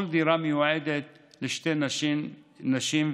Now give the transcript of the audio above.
כל דירה מיועדת לשתי נשים וילדיהן.